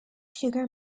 sugar